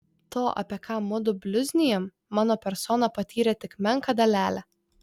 to apie ką mudu bliuznijam mano persona patyrė tik menką dalelę